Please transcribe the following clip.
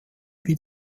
wie